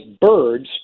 birds